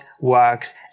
works